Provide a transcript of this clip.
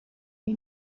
iyi